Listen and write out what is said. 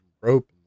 rope